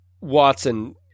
Watson